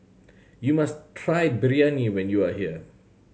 you must try Biryani when you are here